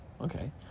Okay